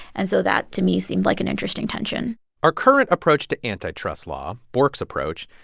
and so that, to me, seemed like an interesting tension our current approach to antitrust law, bork's approach,